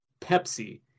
Pepsi